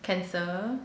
cancel